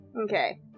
Okay